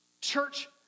Church